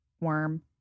worm